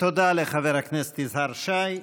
תודה לחבר הכנסת יזהר שי.